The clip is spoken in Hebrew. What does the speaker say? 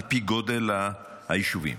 על פי גודל היישובים.